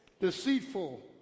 deceitful